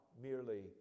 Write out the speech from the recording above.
merely